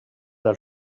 del